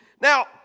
Now